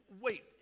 wait